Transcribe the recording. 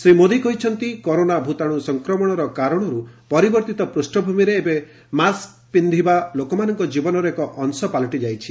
ଶ୍ରୀ ମୋଦି କହିଛନ୍ତି କରୋନା ଭୂତାଣୁ ସଂକ୍ରମଣର କାରଣରୁ ପରିବର୍ତ୍ତିତ ପୃଷ୍ଣଭୂମିରେ ଏବେ ମାସ୍କ ପିନ୍ଧିବା ଲୋକମାନଙ୍କ ଜୀବନର ଏକ ଅଂଶ ପାଲଟି ଯାଇଛି